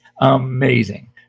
amazing